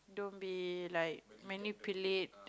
don't be like manipulate